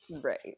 right